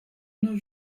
nos